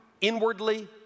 inwardly